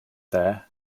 there